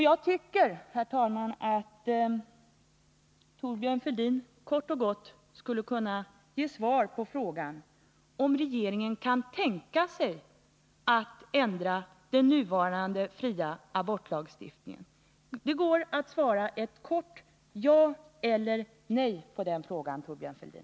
Jag tycker, herr talman, att Thorbjörn Fälldin kort och gott skulle kunna ge svar på frågan om regeringen kan tänka sig att ändra den nuvarande fria abortlagstiftningen. Det går att svara ett kort ja eller nej på den frågan, Thorbjörn Fälldin.